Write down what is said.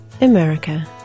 America